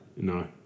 No